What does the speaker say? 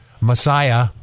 Messiah